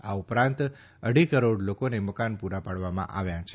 આ ઉપરાંત અઢી કરોડ લોકોને મકાન પુરા પાડવામાં આવ્યા છે